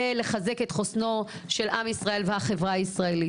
לחזק את חוסנם של עם ישראל והחברה הישראלית.